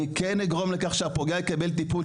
אני כן אגרום לכך שהפוגע יקבל טיפול,